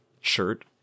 shirt